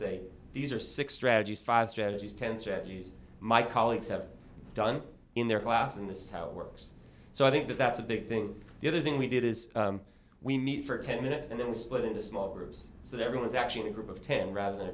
say these are six tragedies five strategies ten strategies my colleagues have done in their class and this is how it works so i think that that's a big thing the other thing we did is we meet for ten minutes and then we split into small groups so there was actually a group of ten rather than a